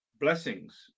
blessings